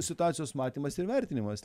situacijos matymas ir vertinimas